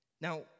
Now